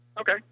Okay